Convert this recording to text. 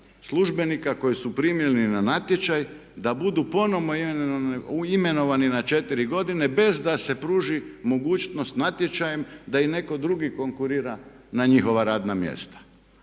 službenika koji su primljeni na natječaj da budu ponovno imenovani na četiri godine bez da se pruži mogućnost natječajem da im netko drugi konkurira na njihova radna mjesta.